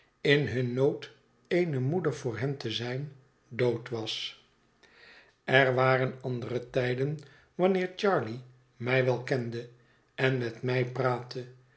in hun nood eene moeder voor hen te zijn dood was er waren andere tijden wanneer charley mij wel kende en met mij praatte